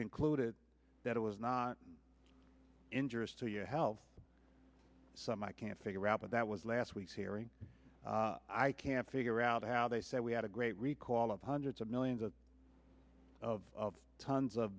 concluded that it was not injurious to your health some i can't figure out but that was last week's hearing i can't figure out how they said we had a great recall of hundreds of millions of tons of